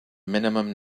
minimum